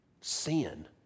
sin